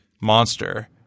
monster